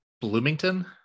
Bloomington